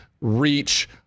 reach